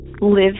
live